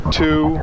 two